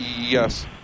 Yes